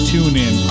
TuneIn